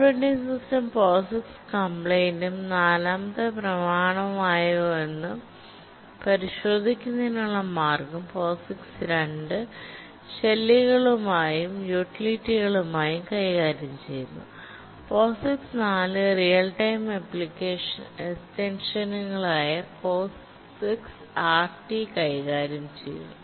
operating system POSIX കംപ്ലയിന്റും നാലാമത്തെ പ്രമാണവുമാണോയെന്ന് പരിശോധിക്കുന്നതിനുള്ള മാർഗ്ഗം POSIX 2 ഷെല്ലുകളുമായും യൂട്ടിലിറ്റികളുമായും കൈകാര്യം ചെയ്യുന്നു POSIX 4 റിയൽ ടൈം എക്സ്റ്റെൻഷനുകളായ POSIX RT കൈകാര്യം ചെയ്യുന്നു